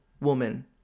woman